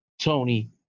Tony